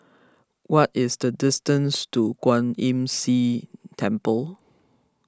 what is the distance to Kwan Imm See Temple